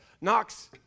knocks